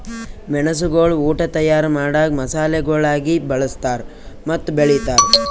ಮೆಣಸುಗೊಳ್ ಉಟ್ ತೈಯಾರ್ ಮಾಡಾಗ್ ಮಸಾಲೆಗೊಳಾಗಿ ಬಳ್ಸತಾರ್ ಮತ್ತ ಬೆಳಿತಾರ್